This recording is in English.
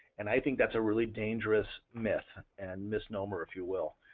and i think that's a really dangerous myth and misnomer if you will.